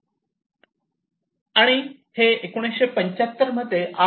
Refer Slide Time 2849 आणि हे 1975 मध्ये आर